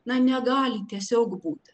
na negali tiesiog būti